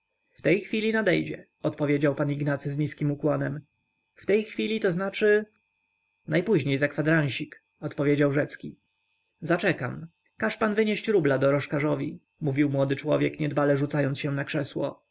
w tej chwili nadejdzie odpowiedział pan ignacy z niskim ukłonem w tej chwili to znaczy najpóźniej za kwadransik odparł rzecki zaczekam każ pan wynieść rubla dorożkarzowi mówił młody człowiek niedbale rzucając się na krzesło